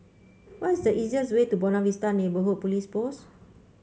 what is the easiest way to Buona Vista Neighbourhood Police Post